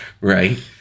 right